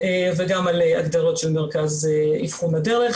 וגם על הגדרות של מרכז אבחון הדרך,